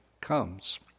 comes